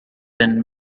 been